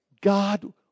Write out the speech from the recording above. God